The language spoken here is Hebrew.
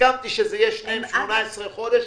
הסכמתי ששניהם יהיו 18 חודשים,